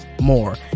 more